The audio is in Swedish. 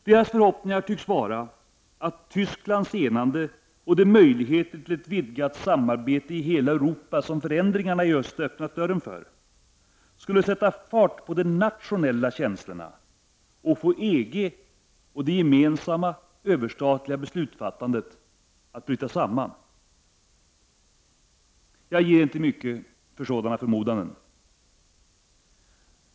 Deras förhoppning tycks vara att Tysklands enande och de möjligheter till ett vidgat samarbete i hela Europa som förändringarna i öst öppnat dörrarna för skulle sätta fart på de nationella känslorna och få EG och det gemensamma, överstatliga beslutsfattandet att bryta samman. Jag ger inte mycket för sådana förmodanden.